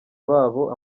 babo